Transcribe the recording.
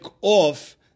off